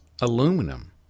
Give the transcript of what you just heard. aluminum